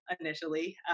initially